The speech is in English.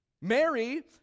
Mary